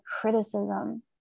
criticism